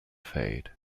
fade